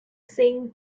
seen